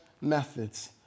methods